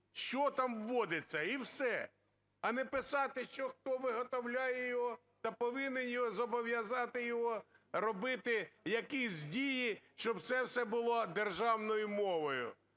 що там вводиться, і все. А не писати, що хто виготовляє його, та повинні зобов'язати його робити якісь дії, щоб це все було державною мовою.